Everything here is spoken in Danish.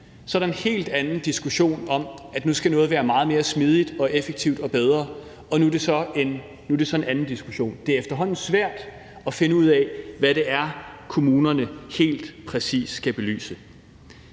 Så er der en helt anden diskussion om, at nu skal noget være meget mere smidigt og effektivt og bedre, og nu er det så en anden diskussion. Det er efterhånden svært at finde ud af, hvad det er, kommunerne helt præcis skal belyse.